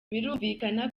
birumvikana